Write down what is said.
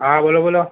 હા બોલો બોલો